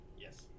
Yes